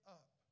up